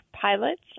pilots